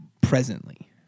presently